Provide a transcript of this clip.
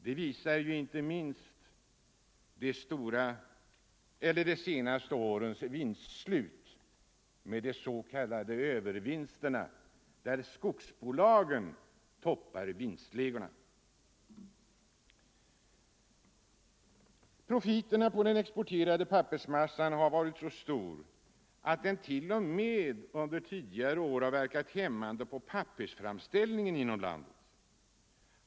Det visar inte minst de senaste årens vinstredovisningar med de s.k. övervinsterna, där skogsbolagen toppar vinstligorna. Profiterna på den exporterade pappersmassan har varit så stor att den t.o.m. under tidigare år verkat hämmande på pappersframställningen inom landet.